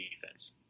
defense